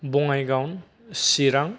Bongaigaon Chirang